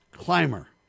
Climber